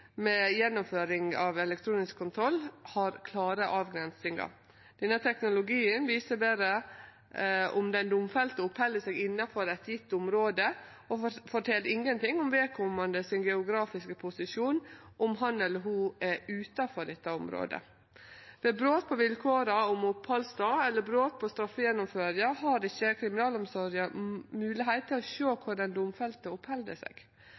gjennomføring av elektronisk kontroll har klare avgrensingar. Denne teknologien viser berre om den domfelte oppheld seg innanfor eit gjeve område, og fortel ingenting om den geografiske posisjonen til vedkomande om han eller ho er utanfor dette området. Ved brot på vilkåra om opphaldsstad eller brot på straffegjennomføringa har ikkje kriminalomsorga moglegheit til å sjå kvar den domfelte oppheld seg.